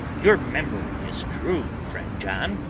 your memory is true, friend john.